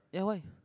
ya why